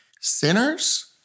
Sinners